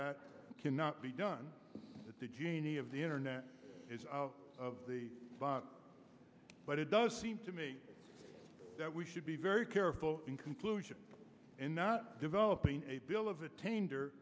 that cannot be done that the genie of the internet is out of the box but it does seem to me that we should be very careful in conclusion and not developing a bill of attainder